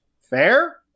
Fair